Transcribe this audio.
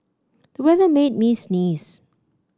the weather made me sneeze